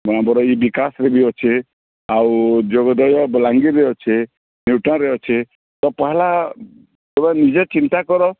ଆମର ଏଇ ବିକାସରେ ଅଛେ ଆଉ ଯୋଗ ଦେୟ ବଲାଙ୍ଗୀର୍ରେ ଅଛେ ନ୍ୟୁଟ୍ରାରେ ଅଛେ ତ ପହେଲା ତମେ ନିଜେ ଚିନ୍ତା କର